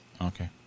Okay